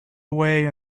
away